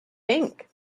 think